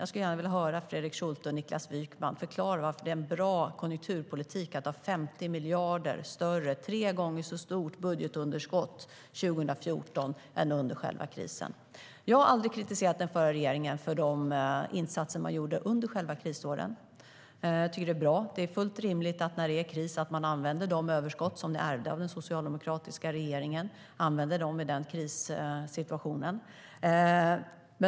Jag skulle gärna vilja höra Fredrik Schulte och Niklas Wykman förklara varför det är en bra konjunkturpolitik att ha ett 50 miljarder större - tre gånger så stort - budgetunderskott 2014 än under själva krisen. Jag har aldrig kritiserat den förra regeringen för de insatser den gjorde under själva krisåren. Jag tycker att de var bra. Det är fullt rimligt att ni i en krissituation använder de överskott som ni ärvde av den socialdemokratiska regeringen.